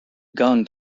gun